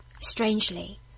Strangely